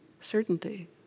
certainty